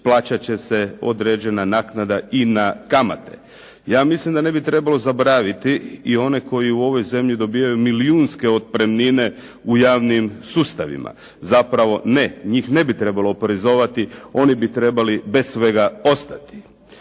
plaćat će se određena naknada i na kamate. Ja mislim da ne bi trebalo zaboraviti i one koji u ovoj zemlji dobivaju milijunske otpremnine u javnim sustavima. Zapravo ne, njih ne bi trebalo oporezovati. Oni bi trebali bez svega ostati.